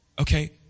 Okay